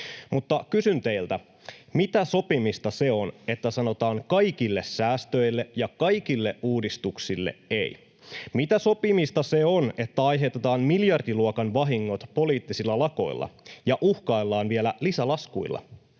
mutta kysyn teiltä: Mitä sopimista se on, että sanotaan kaikille säästöille ja kaikille uudistuksille ”ei”? Mitä sopimista se on, että aiheutetaan miljardiluokan vahingot poliittisilla lakoilla ja uhkaillaan vielä lisälaskuilla?